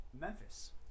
Memphis